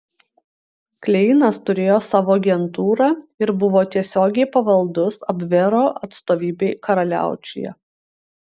kleinas turėjo savo agentūrą ir buvo tiesiogiai pavaldus abvero atstovybei karaliaučiuje